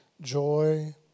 joy